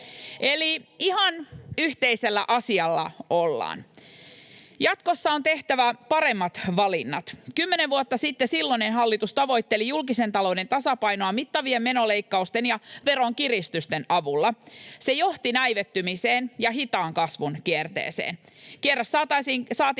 eli ihan yhteisellä asialla ollaan. Jatkossa on tehtävä paremmat valinnat. Kymmenen vuotta sitten silloinen hallitus tavoitteli julkisen talouden tasapainoa mittavien menoleikkausten ja veronkiristysten avulla. Se johti näivettymiseen ja hitaan kasvun kierteeseen. Kierre saatiin